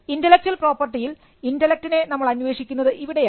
intellectual പ്രോപ്പർട്ടിയിൽ ഇൻൻറലെക്റ്റിനെ നമ്മൾ അന്വേഷിക്കുന്നത് ഇവിടെയാണ്